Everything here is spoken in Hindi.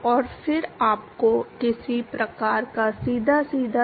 तो इसके बाद आप जो विस्तार से देखेंगे वह सैद्धांतिक दृष्टिकोण होगा जिसका उपयोग किया गया है